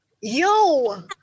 yo